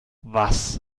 was